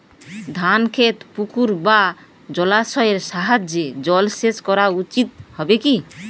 ধান খেতে পুকুর বা জলাশয়ের সাহায্যে জলসেচ করা উচিৎ হবে কি?